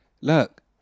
Look